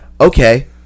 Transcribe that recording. okay